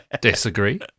Disagree